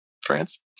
France